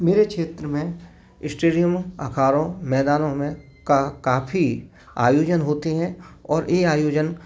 मेरे क्षेत्र में स्टेडियमों आकारों मैदानों में का काफ़ी आयोजन होते हैं और ये आयोजन